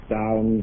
down